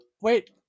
Wait